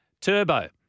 Turbo